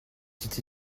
dit